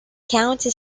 county